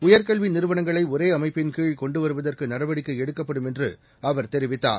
உயர்கல்விநிறுவனங்களைஒரேஅமைப்பிள் கீழ் கொண்டுவருவதற்குநடவடிக்கைஎடுக்கப்படும் என்றுஅவர் தெரிவித்தார்